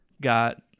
got